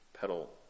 pedal